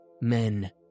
men